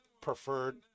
preferred